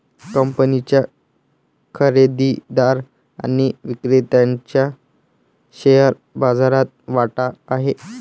कंपनीच्या खरेदीदार आणि विक्रेत्याचा शेअर बाजारात वाटा आहे